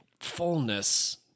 fullness